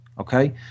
Okay